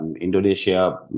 Indonesia